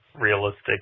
realistic